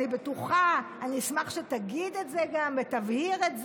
אני אשמח שתגיד את זה ותבהיר את זה.